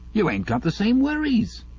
you ain't got the same worries.